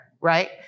right